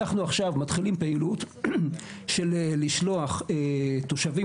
אנחנו מתחילים עכשיו פעילות לשלוח תושבים